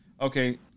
Okay